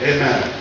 Amen